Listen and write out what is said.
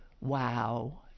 wow